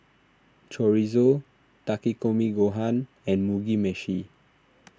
Chorizo Takikomi Gohan and Mugi Meshi